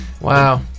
Wow